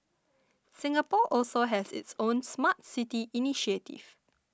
Singapore also has its own Smart City initiative